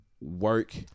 work